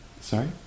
Sorry